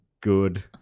good